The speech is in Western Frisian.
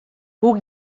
hoe